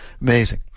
Amazing